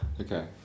Okay